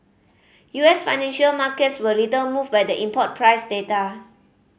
U S financial markets were little moved by the import price data